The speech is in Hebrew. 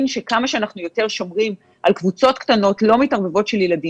שכמה שאנחנו יותר שומרים על קבוצות קטנות לא-מתערבבות של ילדים,